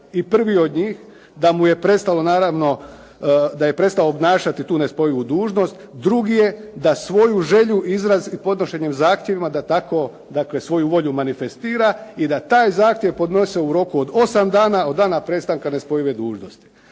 Prvi od njih, da je prestao obnašati tu nespojivu dužnost. Drugi je da svoju želju izrazi podnošenjem zahtjeva da tako dakle svoju volju manifestira i da taj zahtjev podnese u roku od 8 dana od dana prestanka nespojive dužnosti.